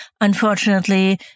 unfortunately